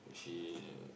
she